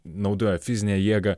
naudojo fizinę jėgą